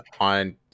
on